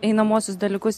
einamuosius dalykus